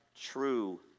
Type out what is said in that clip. true